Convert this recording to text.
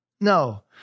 No